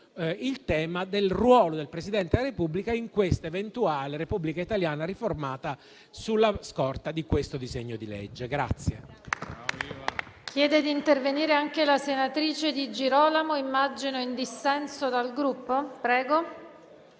il tema del ruolo del Presidente della Repubblica nella eventuale Repubblica italiana riformata sulla scorta di questo disegno di legge. [DI